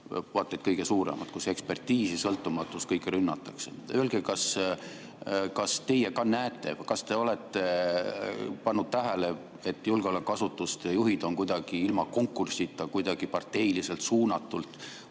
vaat et kõige suuremat –, kus ekspertiisi, sõltumatust, kõike rünnatakse. Öelge, kas teie ka näete, kas te olete pannud tähele, et julgeolekuasutuste juhid on kuidagi ilma konkursita, kuidagi parteiliselt suunatult